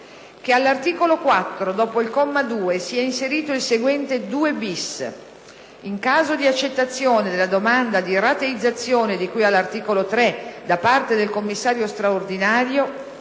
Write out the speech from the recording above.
che all'articolo 4, dopo il comma 2, sia inserito il seguente: "2-*bis*.